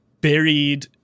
buried